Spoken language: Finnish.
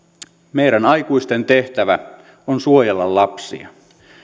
meidän aikuisten tehtävä on suojella lapsia